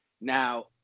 Now